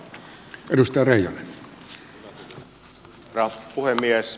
arvoisa herra puhemies